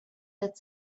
that